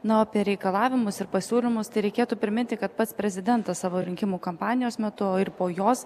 na o apie reikalavimus ir pasiūlymus tai reikėtų priminti kad pats prezidentas savo rinkimų kampanijos metu o ir po jos